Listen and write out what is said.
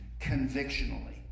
convictionally